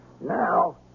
Now